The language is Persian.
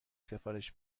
سفارش